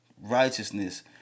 Righteousness